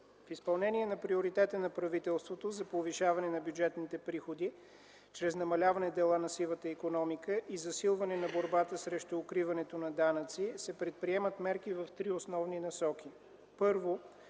В изпълнение на приоритета на правителството за повишаване на бюджетните приходи чрез намаляване дела на сивата икономика и засилване на борбата срещу укриването на данъци се предприемат мерки в три основни насоки.